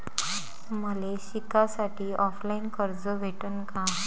मले शिकासाठी ऑफलाईन कर्ज भेटन का?